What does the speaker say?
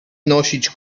nosić